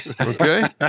Okay